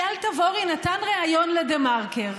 אייל רביד נתן ריאיון לדה-מרקר,